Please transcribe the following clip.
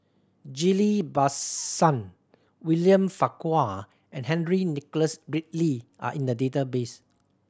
Ghillie Bassan William Farquhar and Henry Nicholas Ridley are in the database